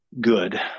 good